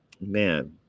Man